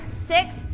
six